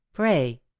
Pray